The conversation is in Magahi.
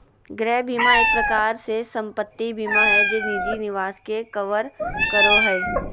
गृह बीमा एक प्रकार से सम्पत्ति बीमा हय जे निजी निवास के कवर करो हय